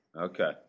Okay